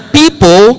people